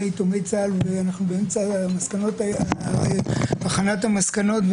יתומי צה"ל ואנחנו באמצע הכנת המסקנות,